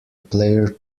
player